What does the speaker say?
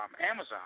Amazon